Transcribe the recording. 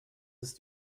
ist